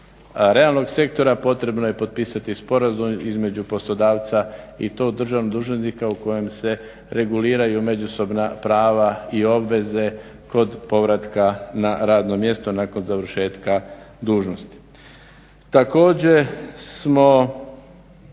realnog sektora potrebno je potpisati sporazum između poslodavca i to državnog dužnosnika u kojem se reguliraju međusobna prava i obveze kod povratka na radno mjesto nakon završetka dužnosti.